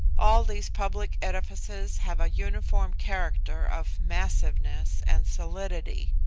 all these public edifices have a uniform character of massiveness and solidity.